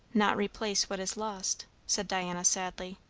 not replace what is lost, said diana sadly.